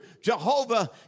Jehovah